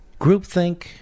Groupthink